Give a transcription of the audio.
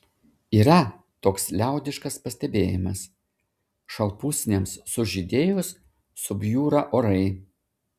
yra toks liaudiškas pastebėjimas šalpusniams sužydėjus subjūra orai